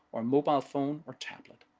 or mobile phone or tablet.